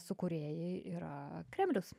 sukūrėjai yra kremlius